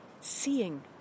seeing